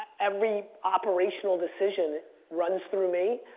every operational decision runs through me,